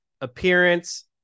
appearance